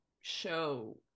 show